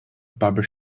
barber